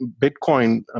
Bitcoin